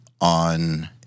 on